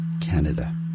Canada